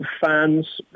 fans